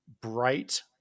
bright